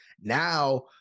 Now